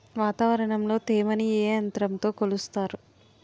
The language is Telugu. వాతావరణంలో తేమని ఏ యంత్రంతో కొలుస్తారు?